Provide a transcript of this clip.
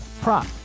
prop